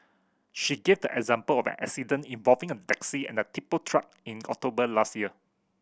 she gave the example of an accident involving a taxi and a tipper truck in October last year